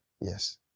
Yes